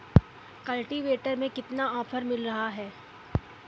Cultivator में कितना offer मिल रहा है?